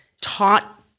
taught